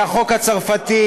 מהחוק הצרפתי,